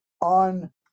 on